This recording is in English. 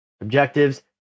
objectives